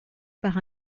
par